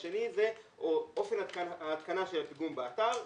והשני זה אופן ההתקנה של הפיגום באתר,